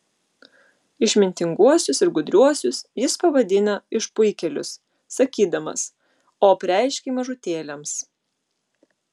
išmintinguosius ir gudriuosius jis pavadina išpuikėlius sakydamas o apreiškei mažutėliams